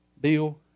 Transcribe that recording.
Bill